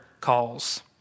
calls